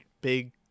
big